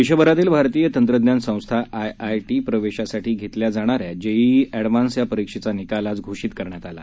देशभरातील भारतीय तंत्रज्ञान संस्था आयआयटी प्रवेशासाठी घेतल्या जाणाऱ्या जेईई अछिहान्स या परीक्षेचा निकाल आज घोषित करण्यात आला